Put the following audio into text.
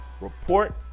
Report